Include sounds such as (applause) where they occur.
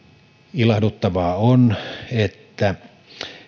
ilahduttavaa on (unintelligible) että